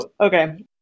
okay